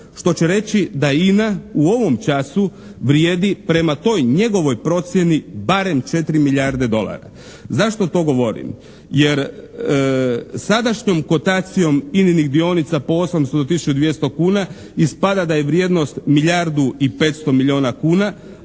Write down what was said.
što će reći da INA u ovom času vrijedi prema toj njegovoj procjeni barem 4 milijarde dolara. Zašto to govorim? Jer sadašnjom kotacijom INA-nih dionica po 800 do tisuću i 200 kuna, ispada da je vrijednost milijardu i 500 milijuna kuna,